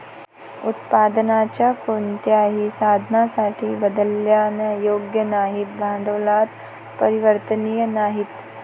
उत्पादनाच्या कोणत्याही साधनासाठी बदलण्यायोग्य नाहीत, भांडवलात परिवर्तनीय नाहीत